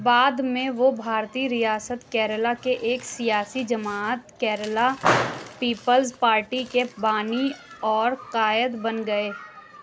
بعد میں وہ بھارتی ریاست کیرل کے ایک سیاسی جماعت کیرلا پیپلز پارٹی کے بانی اور قائد بن گئے